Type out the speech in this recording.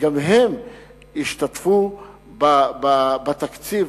שגם הם ישתתפו בתקציב,